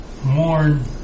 Mourn